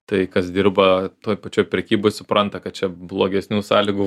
tai kas dirba toj pačioj prekyboj supranta kad čia blogesnių sąlygų